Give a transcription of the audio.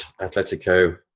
Atletico